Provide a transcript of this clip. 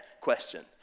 question